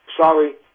Sorry